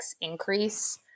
increase